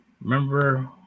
Remember